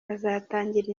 azatangira